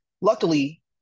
luckily